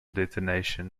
detonation